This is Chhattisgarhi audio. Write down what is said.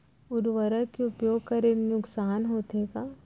उर्वरक के उपयोग करे ले नुकसान होथे का?